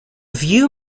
view